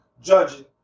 judging